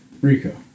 Rico